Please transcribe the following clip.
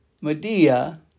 Medea